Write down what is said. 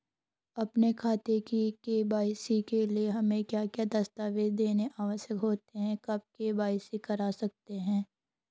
अपने खाते की के.वाई.सी के लिए हमें क्या क्या दस्तावेज़ देने आवश्यक होते हैं कब के.वाई.सी करा सकते हैं?